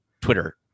Twitter